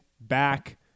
back